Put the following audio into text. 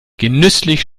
genüsslich